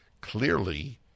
clearly